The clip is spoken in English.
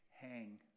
hang